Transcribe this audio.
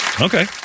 okay